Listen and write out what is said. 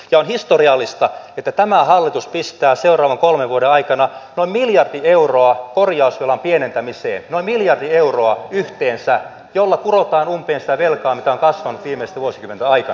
on historiallista että tämä hallitus pistää seuraavan kolmen vuoden aikana noin miljardi euroa korjausvelan pienentämiseen noin miljardi euroa yhteensä jolla kurotaan umpeen sitä velkaa mikä on kasvanut viimeisten vuosikymmenten aikana